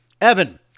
Evan